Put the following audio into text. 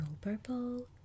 purple